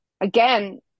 again